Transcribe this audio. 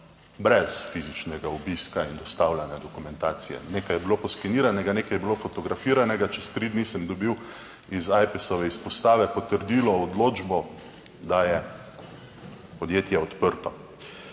brez fizičnega obiska in dostavljanja dokumentacije. Nekaj je bilo poskeniranega, nekaj je bilo fotografiranega. Čez tri dni sem dobil iz Ajpesove izpostave potrdilo, odločbo, da je podjetje odprto.